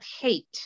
hate